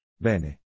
Bene